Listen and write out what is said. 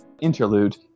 interlude